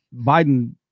Biden